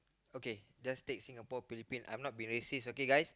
okay just take Singapore Philippine I'm not be racist okay guys